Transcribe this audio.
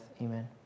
amen